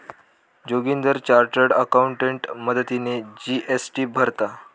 Joginder chartered accountant मदतीने GST भरता